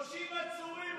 30 עצורים.